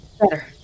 Better